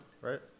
right